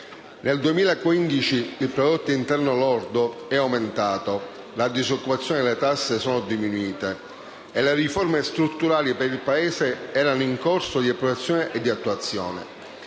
Nel 2015 il prodotto interno lordo è aumentato, la disoccupazione e le tasse sono diminuite e le riforme strutturali per il Paese erano in corso di approvazione e di attuazione.